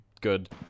good